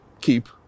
keep